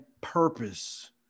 purpose